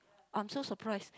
I'm so surprised